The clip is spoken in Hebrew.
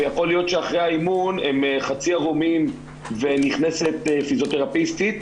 ויכול להיות שאחרי האימון הם חצי עירומים ונכנסת פיזיותרפיסטית,